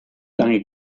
lange